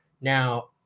Now